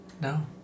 No